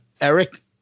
Eric